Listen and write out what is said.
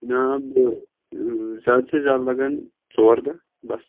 نا بہٕ زیادٕ سے زیادٕ لَگَن ژور دۄہ بَس